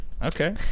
Okay